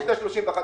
יש את ה-31 בדצמבר,